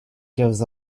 gives